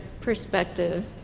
Perspective